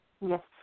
Yes